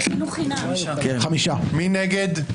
מי נגד?